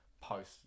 post